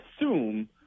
assume